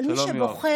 אבל מי שבוחר,